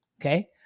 Okay